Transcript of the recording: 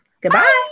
Goodbye